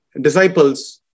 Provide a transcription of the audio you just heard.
disciples